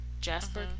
jasper